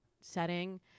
setting